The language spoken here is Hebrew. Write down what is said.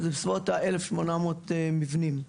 זה בסביבות 1,800 מבנים.